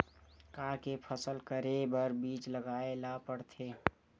का के फसल करे बर बीज लगाए ला पड़थे?